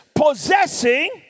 possessing